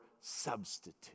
substitute